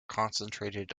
concentrated